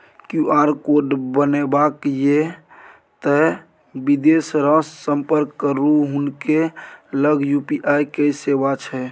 QR code बनेबाक यै तए बिदेसरासँ संपर्क करू हुनके लग यू.पी.आई के सेवा छै